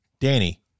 Danny